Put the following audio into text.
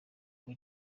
ngo